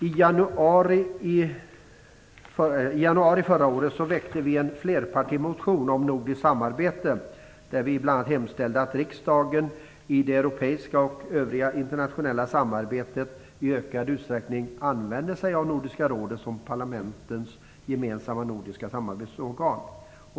I januari förra året väckte vi en flerpartimotion om nordiskt samarbete där vi bl.a. hemställde att riksdagen i det europeiska och i det övriga internationella samarbetet i ökad utsträckning skulle använda sig av Nordiska rådet som parlamentens gemensamma nordiska samarbetsorgan.